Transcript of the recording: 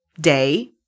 day